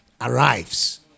arrives